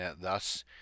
thus